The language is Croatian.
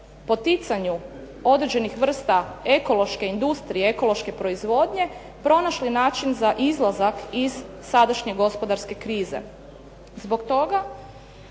poticanju određenih vrsta ekološke industrije, ekološke proizvodnje pronašli način za izlazak iz sadašnje gospodarske krize. Zbog toga